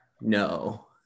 no